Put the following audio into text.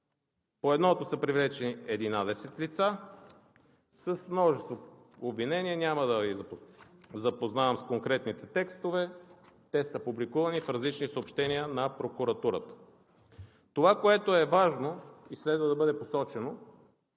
По едното са привлечени 11 лица с множество обвинения. Няма да Ви запознавам с конкретните текстове, те са публикувани в различни съобщения на прокуратурата. Това, което е важно, следва да бъде посочено